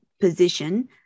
position